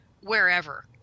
wherever